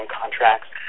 contracts